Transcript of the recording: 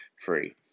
free